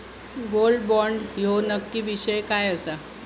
Gold bond ह्यो नक्की विषय काय आसा?